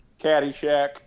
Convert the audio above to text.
Caddyshack